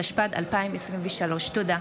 התשפ"ד 2023. תודה.